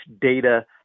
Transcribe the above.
data